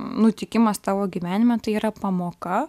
nutikimas tavo gyvenime tai yra pamoka